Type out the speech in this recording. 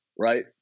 right